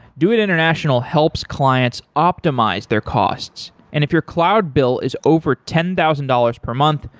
doit international helps clients optimize their costs, and if your cloud bill is over ten thousand dollars per month,